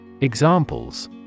Examples